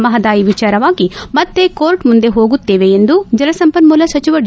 ಮಹದಾಯಿ ವಿಚಾರವಾಗಿ ಮತ್ತೆ ಕೋರ್ಟ್ ಮುಂದೆ ಹೋಗುತ್ತೇವೆ ಎಂದು ಜಲಸಂಪನೂಲ ಸಚಿವ ಡಿ